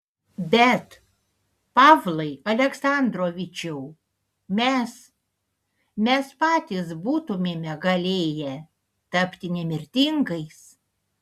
bet pavlai aleksandrovičiau mes mes patys būtumėme galėję tapti nemirtingais